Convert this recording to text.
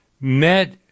met